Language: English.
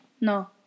No